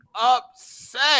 upset